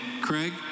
Craig